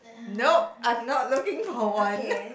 nope I'm not looking for one